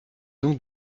donc